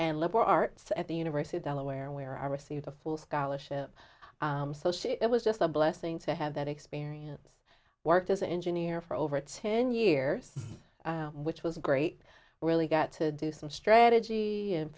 and liberal arts at the university of delaware where i received a full scholarship so she was just a blessing to have that experience worked as an engineer for over ten years which was great we really got to do some strategy and